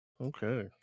Okay